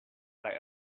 like